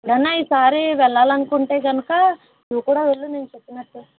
ప్రణయ్ ఈ సారీ వెళ్ళాలనుకుంటే కనుక నువ్వు కూడా వెళ్ళు నేను చెప్పినట్టు